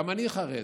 גם אני חרד.